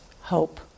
hope